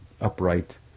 upright